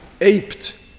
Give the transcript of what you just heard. aped